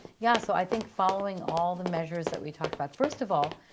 yeah, so i think following all the measures that we talked about. first of all,